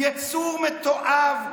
יצור מתועב,